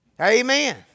Amen